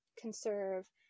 conserve